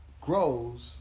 grows